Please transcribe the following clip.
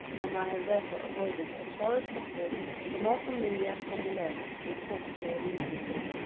and i have therefore avoided as far as possible the more familiar formulae of folk-tale literature.